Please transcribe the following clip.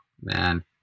man